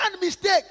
mistake